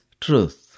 truth